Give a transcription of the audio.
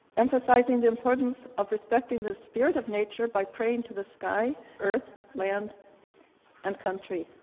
emphasizing the importance of respecting the spirit of nature by praying to the sky, earth, land and country.